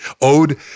owed